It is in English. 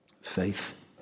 Faith